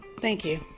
thank you.